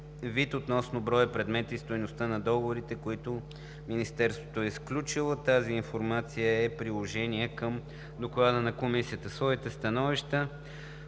вид относно броя, предмета и стойността на договорите, които Министерството е сключило. Тази информация е приложение към Доклада на Комисията. В своите становища